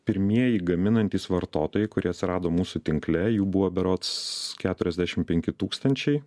pirmieji gaminantys vartotojai kurie atsirado mūsų tinkle jų buvo berods keturiasdešimt penki tūkstančiai